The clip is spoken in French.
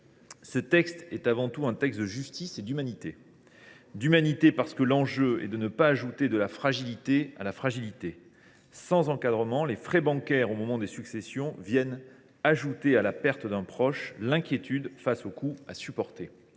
ce texte est avant tout un texte de justice et d’humanité. C’est un texte d’humanité, parce que l’enjeu est de ne pas ajouter de la fragilité à la fragilité. Sans encadrement, les frais bancaires au moment des successions viennent ajouter à la perte d’un proche l’inquiétude face aux coûts à supporter.